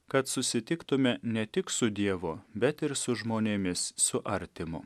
kad susitiktumėme ne tik su dievu bet ir su žmonėmis su artimu